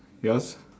yours